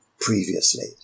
previously